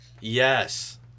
Yes